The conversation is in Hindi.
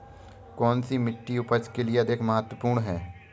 कौन सी मिट्टी उपज के लिए अधिक महत्वपूर्ण है?